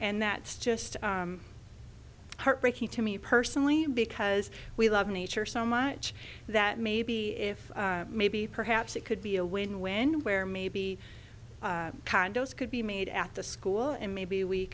and that's just heartbreaking to me personally because we love nature so much that maybe if maybe perhaps it could be a win win where maybe condos could be made at the school and maybe we